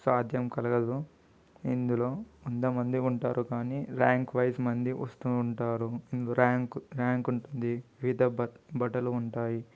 సాధ్యం కలదు ఇందులో వంద మంది ఉంటారు కానీ ర్యాంక్ వైస్ మంది వస్తూ ఉంటారు ర్యాంక్ ర్యాంక్ ఉంటుంది వివిధ బట్టలు ఉంటాయి